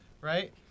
Right